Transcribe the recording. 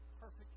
perfect